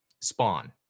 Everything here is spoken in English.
Spawn